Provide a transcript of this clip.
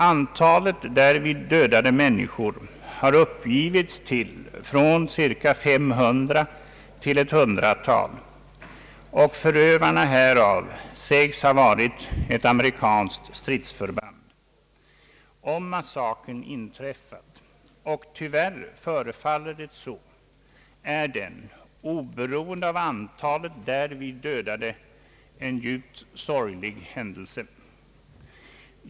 Antalet därvid dödade människor har uppgivits till från cirka 500 till ett 100 tal och förövarna av massakern sägs ha varit ett amerikanskt stridsförband. Om massakern inträffat — och tyvärr förefaller det så — är den en djupt sorglig händelse, oberoende av antalet dödade.